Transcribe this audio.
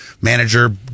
manager